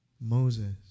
Moses